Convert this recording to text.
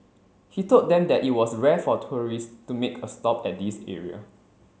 he told them that it was rare for tourists to make a stop at this area